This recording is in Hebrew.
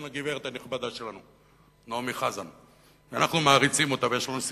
כן, הגברת הנכבדה שלנו, נעמי חזן, ואנחנו